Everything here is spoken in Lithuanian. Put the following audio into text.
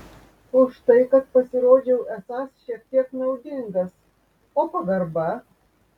už tai kad pasirodžiau esąs šiek tiek naudingas o pagarba